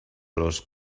los